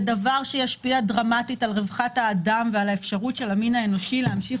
זה דבר שישפיע דרמטית על רווחת האדם ועל האפשרות של המין האנושי להמשיך